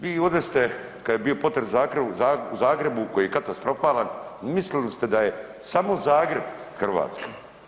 Vi ovde se kad je bio potres u Zagrebu koji je katastrofalan, mislili ste da je samo Zagreb Hrvatska.